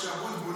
במשה אבוטבול,